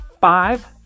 five